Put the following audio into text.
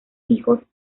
hijos